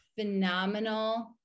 phenomenal